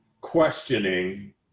questioning